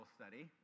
study